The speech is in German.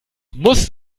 muss